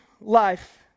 life